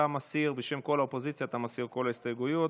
אתה מסיר בשם כל האופוזיציה את כל ההסתייגויות?